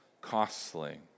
costly